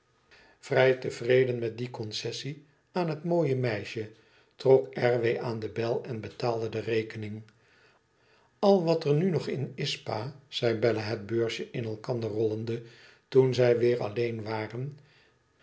vrij tevreden met die concessie van het mooie meisje trok r w aan de bel en betaalde de rekening a wat er nu nog in is pa zei bella het beursje in elkander rollende toen zij weer alleen waren